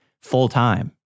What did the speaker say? full-time